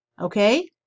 Okay